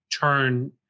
turn